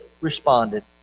responded